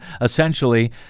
essentially